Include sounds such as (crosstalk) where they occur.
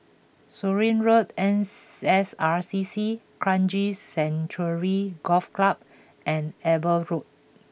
Surin Road N (hesitation) S R C C Kranji Sanctuary Golf Club and Eber Road